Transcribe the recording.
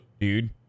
dude